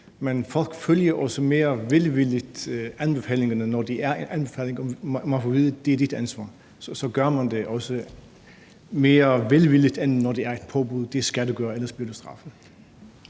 men folk følger også mere velvilligt anbefalingerne, når de er anbefalinger, og man får at vide, at det er ens ansvar. Så gør man det også mere velvilligt, end når det er et påbud om, at det skal man gøre, for ellers bliver man straffet.